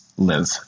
live